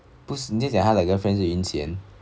不是你是讲他的 girlfriend 是 yun xian